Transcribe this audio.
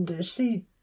see